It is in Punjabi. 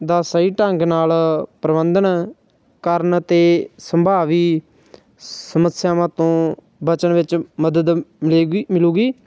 ਦਾ ਸਹੀ ਢੰਗ ਨਾਲ ਪ੍ਰਬੰਧਨ ਕਰਨ ਅਤੇ ਸੰਭਾਵੀ ਸਮੱਸਿਆਵਾਂ ਤੋਂ ਬਚਣ ਵਿੱਚ ਮਦਦ ਮਿਲੇਗੀ ਮਿਲੂਗੀ